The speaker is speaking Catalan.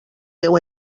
déu